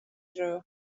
dro